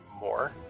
more